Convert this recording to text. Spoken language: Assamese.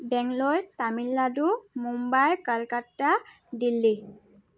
বেংগালোৰ তামিলনাডু মুম্বাই কলিকতা দিল্লী